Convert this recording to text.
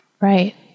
Right